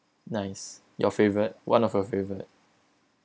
nice your favorite one of your favorite